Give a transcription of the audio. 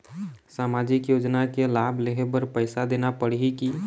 सामाजिक योजना के लाभ लेहे बर पैसा देना पड़ही की?